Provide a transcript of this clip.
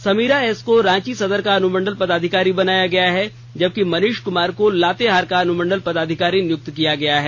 Samira S को रांची सदर का अनुमंडल पदाधिकारी बनाया गया है जबकि मनीष कुमार को लातेहार का अनुमंडल पदाधिकारी नियुक्त किया गया है